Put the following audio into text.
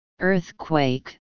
earthquake